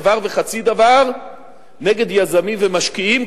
דבר וחצי דבר נגד יזמים ומשקיעים.